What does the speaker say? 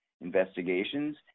investigations